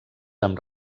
amb